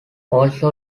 also